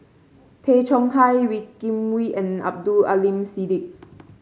Tay Chong Hai Wee Kim Wee and Abdul Aleem Siddique